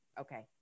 Okay